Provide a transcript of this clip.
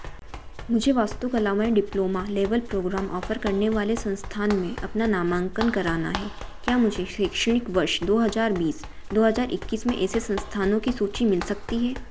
मुझे वास्तुकला में डिप्लोमा लेवल प्रोग्राम ऑफ़र करने वाले संस्थान में अपना नामांकन कराना है क्या मुझे शैक्षणिक वर्ष दो हज़ार बीस दो हज़ार इक्कीस में ऐसे संस्थानों की सूची मिल सकती है